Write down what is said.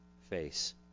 face